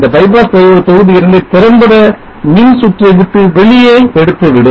இந்த bypass diode தொகுதி இரண்டை திறம்பட மின்சுற்றை விட்டு வெளியே எடுத்துவிடும்